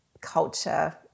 culture